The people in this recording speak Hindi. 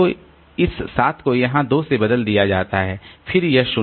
तो इस 7 को यहाँ 2 से बदल दिया जाता है फिर यह 0